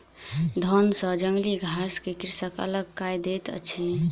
धान सॅ जंगली घास के कृषक अलग कय दैत अछि